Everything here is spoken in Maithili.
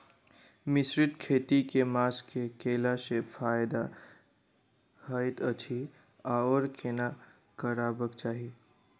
मिश्रित खेती केँ मास मे कैला सँ फायदा हएत अछि आओर केना करबाक चाहि?